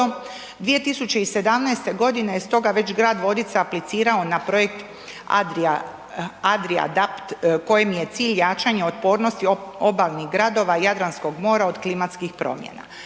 2017. g. stoga je već grad Vodice aplicirao na projekt Adriaadapt kojem je cilj jačanje i otpornost obalnih gradova Jadranskog mora od klimatskih promjena.